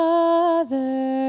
Father